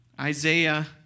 Isaiah